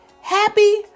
Happy